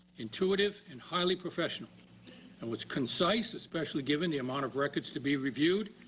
intuitive, and highly professional and was concise, especially given the amount of records to be reviewed,